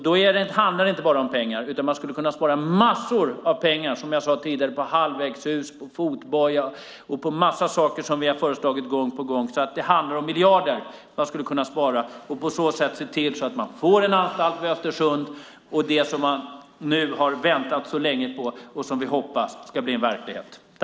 Det handlar inte bara om pengar, utan man skulle kunna spara massor av pengar på halvvägshus, fotboja och en massa saker som vi har föreslagit gång på gång. Det handlar om miljarder som man skulle kunna spara. På det sättet skulle man kunna få den anstalt i Östersund som man har väntat på så länge och som vi hoppas ska bli verklighet.